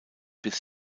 bis